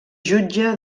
jutge